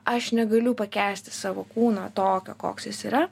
aš negaliu pakęsti savo kūno tokio koks jis yra